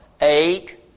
Eight